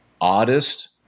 oddest